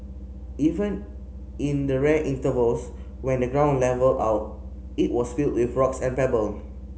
even in the rare intervals when the ground levelled out it was filled with rocks and pebble